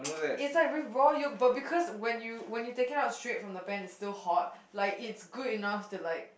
in fact with raw you but because when you when you take it out straight from the pan it's still hot like it's good enough to like